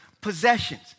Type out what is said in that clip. possessions